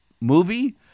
movie